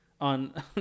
on